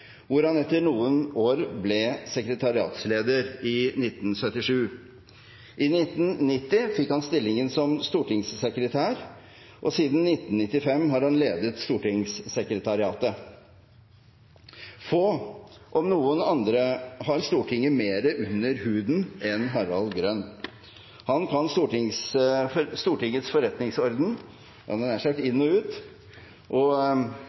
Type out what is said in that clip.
hvor han etter noen år, i 1977, ble sekretariatsleder. I 1990 fikk han stillingen som stortingssekretær, og siden 1995 har han ledet stortingssekretariatet. Få, om noen, har Stortinget mer under huden enn Harald Grønn. Han kan Stortingets forretningsorden nær sagt inn og ut og